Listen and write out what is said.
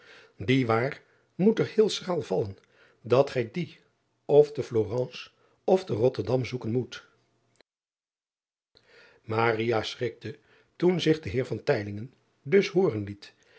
die waar moet er heel schraal vallen dat gij die of te lorence of te otterdam zoeken moet schrikte toen zich de eer dus hooren liet